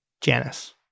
Janice